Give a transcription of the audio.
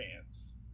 fans